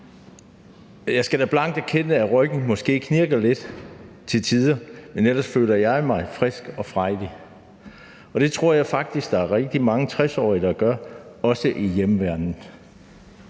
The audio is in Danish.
Jeg skal da blankt erkende, at ryggen måske knirker lidt til tider, men ellers føler jeg mig frisk og frejdig, og det tror jeg faktisk der er rigtig mange 60-årige der gør, også i hjemmeværnet.